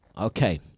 okay